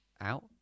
Out